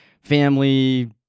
family